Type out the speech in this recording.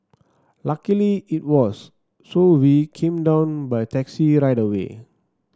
luckily it was so we came down by taxi right away